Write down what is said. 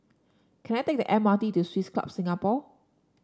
can I take the M R T to Swiss Club Singapore